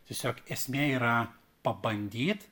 tiesiog esmė yra pabandyt